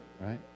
right